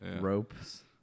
ropes